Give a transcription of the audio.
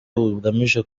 bugamije